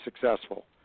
successful